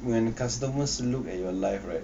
when customers look at your live right